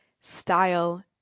style